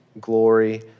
glory